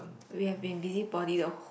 we have been busybody the wh~